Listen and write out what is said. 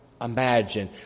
imagine